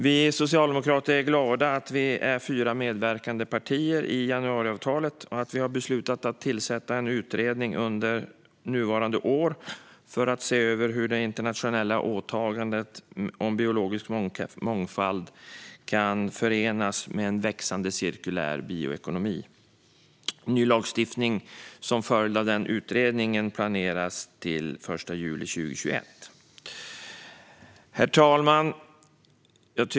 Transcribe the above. Vi socialdemokrater är glada över att vi är fyra partier som har medverkat till januariavtalet och att vi har beslutat att tillsätta en utredning under nuvarande år för att se över hur internationella åtaganden om biologisk mångfald kan förenas med en växande cirkulär bioekonomi. Ny lagstiftning som en följd av denna utredning planeras till den 1 juli 2021. Herr talman!